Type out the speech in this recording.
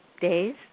days